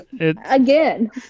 Again